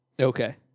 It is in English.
Okay